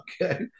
Okay